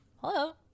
Hello